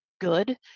good